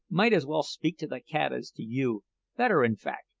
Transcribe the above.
might as well speak to the cat as to you better, in fact,